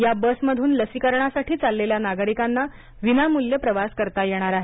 या बसमधून लसीकरणासाठी चाललेल्या नागरिकांना विनामूल्य प्रवास करता येणार आहे